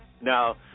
Now